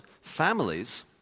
families